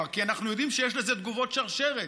כי אנחנו יודעים שיש לזה תגובות שרשרת.